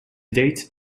date